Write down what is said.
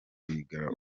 rwigara